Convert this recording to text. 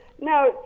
now